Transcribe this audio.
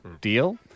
deal